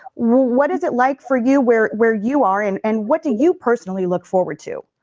what is it like for you where where you are and and what do you personally look forward to?